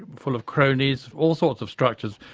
full of cronies, all sorts of structures,